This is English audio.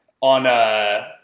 on